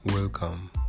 Welcome